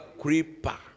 creeper